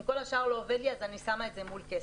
אם כל השאר לא עובד לי אז אני שמה את זה מול כסף,